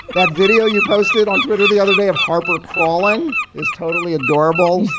that video you posted on twitter the other day of harper crawlin is totally adorable.